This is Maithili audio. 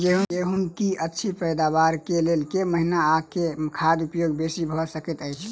गेंहूँ की अछि पैदावार केँ लेल केँ महीना आ केँ खाद उपयोगी बेसी भऽ सकैत अछि?